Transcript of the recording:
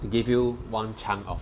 to give you one chunk of